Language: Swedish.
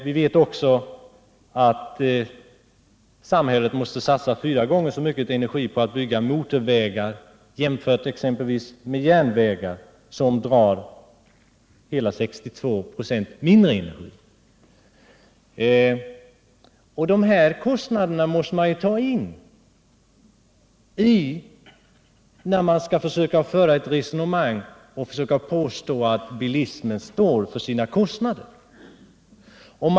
Vi vet också att samhället måste satsa fyra gånger så mycket energi på att bygga motorvägar som på att exempelvis bygga järnvägar, som drar hela 62 26 mindre energi. Sådana här kostnader måste man ta med när man skall försöka föra ett resonemang om att bilismen står för sina kostnader.